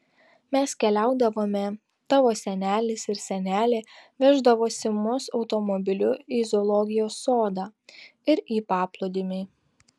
mes keliaudavome tavo senelis ir senelė veždavosi mus automobiliu į zoologijos sodą ir į paplūdimį